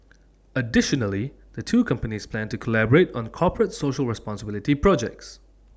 additionally the two companies plan to collaborate on corporate social responsibility projects